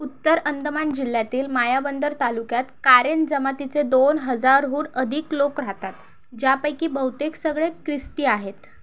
उत्तर अंदमान जिल्ह्यातील मायाबंदर तालुक्यात कारेन जमातीचे दोन हजारहून अधिक लोक राहतात ज्यापैकी बहुतेक सगळे ख्रिस्ती आहेत